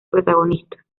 protagonista